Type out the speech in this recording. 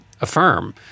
affirm